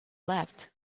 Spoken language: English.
left